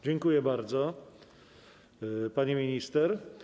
Dziękuję bardzo, pani minister.